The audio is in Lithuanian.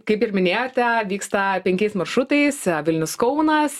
kaip ir minėjote vyksta penkiais maršrutais vilnius kaunas